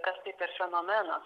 kas tai per fenomenas